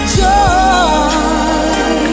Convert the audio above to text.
joy